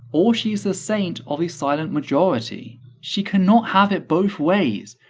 or she's the saint of the silent majority. she cannot have it both ways,